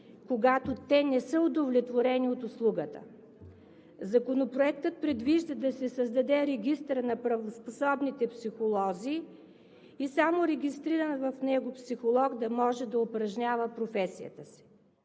когато те не са удовлетворени от услугата. Законопроектът предвижда да се създаде регистър на правоспособните психолози и само регистриран в него психолог да може да упражнява професията си.